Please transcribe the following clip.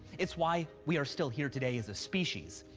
it's why we are still here today as a species.